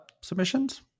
submissions